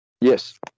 Yes